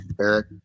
eric